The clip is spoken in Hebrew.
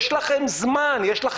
יש לכם מעבדות,